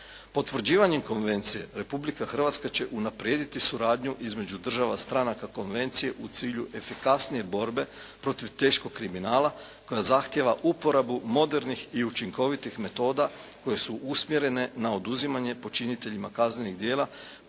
Potvrđivanjem konvencije Republika Hrvatska će unaprijediti suradnju između država stranaka konvencije u cilju efikasnije borbe protiv teškog kriminala koja zahtijeva uporabu modernih i učinkovitih metoda koje su usmjerene na oduzimanje počiniteljima kaznenih djela